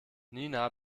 nina